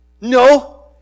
No